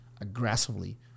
aggressively